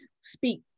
speak